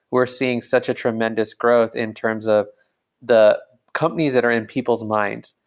we're seeing such a tremendous growth in terms of the companies that are in people's minds.